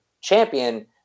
champion